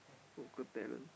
local talent